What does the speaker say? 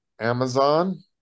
Amazon